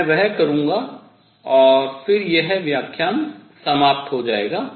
मैं वह करूँगा और फिर यह व्याख्यान समाप्त हो जाएगा